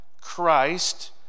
Christ